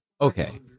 okay